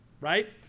right